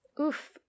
Oof